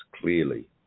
clearly